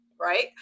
right